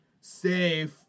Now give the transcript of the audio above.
safe